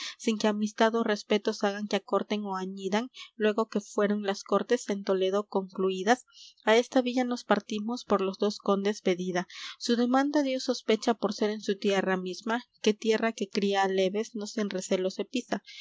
sin que amistad ó respetos hagan que acorten ó añidan luégo que fueron las cortes en toledo concluídas á esta villa nos partimos por los dos condes pedida su demanda dió sospecha por ser en su tierra misma que tierra que cría aleves no sin recelo se pisa